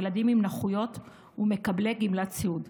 ילדים עם נכויות ומקבלי גמלת סיעוד.